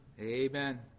Amen